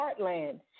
Heartland